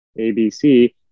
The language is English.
ABC